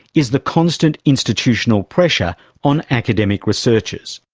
is the constant institutional pressure on academic researchers.